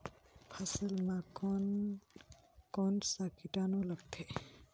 फसल मा कोन कोन सा कीटाणु लगथे?